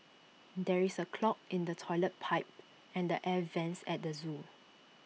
there is A clog in the Toilet Pipe and the air Vents at the Zoo